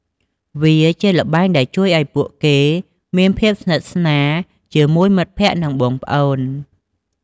វាជាល្បែងដែលជួយឱ្យពួកគេមានភាពស្និទ្ធស្នាលជាមួយមិត្តភក្តិ និងបងប្អូន។